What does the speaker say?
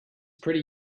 pretty